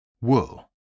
wool